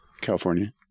California